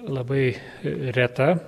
labai reta